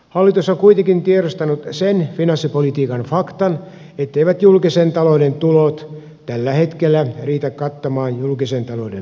hallitus on kuitenkin tiedostanut sen finanssipolitiikan faktan etteivät julkisen talouden tulot tällä hetkellä riitä kattamaan julkisen talouden menoja